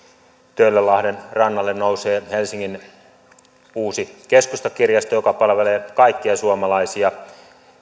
töölönlahden rannalle nousee helsingin uusi keskustakirjasto joka palvelee kaikkia suomalaisia